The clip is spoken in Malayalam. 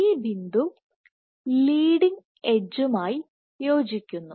ഈ ബിന്ദു ലീഡിങ് എഡ്ജുമായി യോജിക്കുന്നു